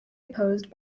opposed